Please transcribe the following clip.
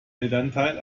elternteil